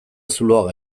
zuloaga